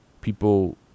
people